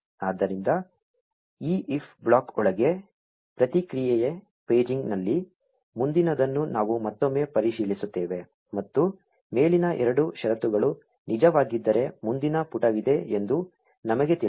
ಆದ್ದರಿಂದ ಈ if block ಒಳಗೆ ಪ್ರತಿಕ್ರಿಯೆ ಪೇಜಿಂಗ್ನಲ್ಲಿ ಮುಂದಿನದನ್ನು ನಾವು ಮತ್ತೊಮ್ಮೆ ಪರಿಶೀಲಿಸುತ್ತೇವೆ ಮತ್ತು ಮೇಲಿನ ಎರಡೂ ಷರತ್ತುಗಳು ನಿಜವಾಗಿದ್ದರೆ ಮುಂದಿನ ಪುಟವಿದೆ ಎಂದು ನಮಗೆ ತಿಳಿದಿದೆ